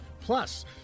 Plus